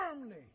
firmly